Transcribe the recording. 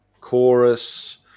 chorus